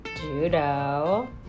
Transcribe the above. Judo